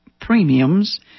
premiums